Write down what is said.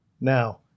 Now